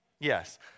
Yes